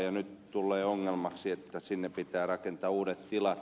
nyt tulee ongelmaksi että sinne pitää rakentaa uudet tilat